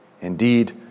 Indeed